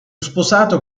sposato